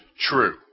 true